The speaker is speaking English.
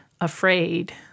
afraid